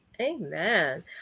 Amen